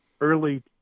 early